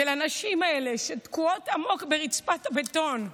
ולנשים האלה שתקועות עמוק ברצפת הבטון,